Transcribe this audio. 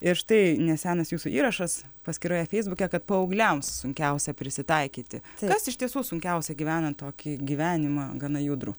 ir štai nesenas jūsų įrašas paskyroje feisbuke kad paaugliams sunkiausia prisitaikyti kas iš tiesų sunkiausia gyvenant tokį gyvenimą gana judrų